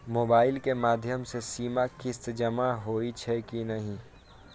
Mobile के माध्यम से सीमा किस्त जमा होई छै कि नहिं?